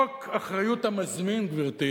חוק אחריות המזמין, גברתי,